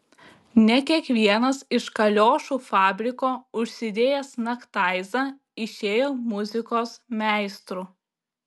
ne kiekvienas iš kaliošų fabriko užsidėjęs naktaizą išėjo muzikos meistru